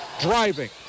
Driving